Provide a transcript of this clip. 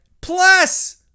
Plus